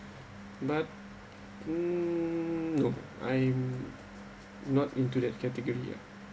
but no I'm not into that category ya